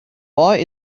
boy